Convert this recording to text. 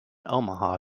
omaha